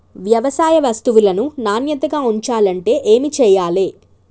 వ్యవసాయ వస్తువులను నాణ్యతగా ఉంచాలంటే ఏమి చెయ్యాలే?